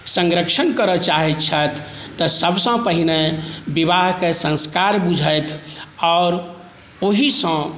संरक्षण करै चाहै छथि विवाहके संस्कार बुझथि आओर ओही सॅं